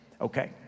okay